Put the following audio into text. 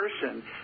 person